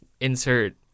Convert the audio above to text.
Insert